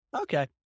okay